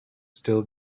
still